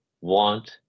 want